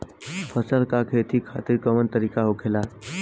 फसल का खेती खातिर कवन तरीका होखेला?